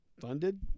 funded